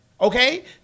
Okay